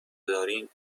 دارین